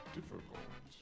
difficult